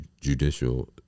judicial